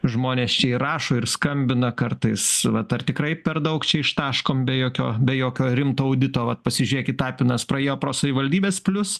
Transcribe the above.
žmonės čia ir rašo ir skambina kartais vat ar tikrai per daug čia ištaškom be jokio be jokio rimto audito vat pasižiūrėkit tapinas praėjo pro savivaldybes plius